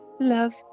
love